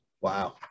Wow